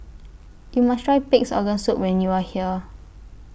YOU must Try Pig'S Organ Soup when YOU Are here